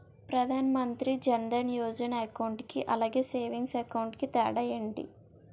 Pradhan Mantri Jan Dhan Yojana account కి అలాగే savings account కి తేడా ఏంటి?